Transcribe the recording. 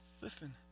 listen